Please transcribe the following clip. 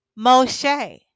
moshe